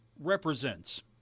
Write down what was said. represents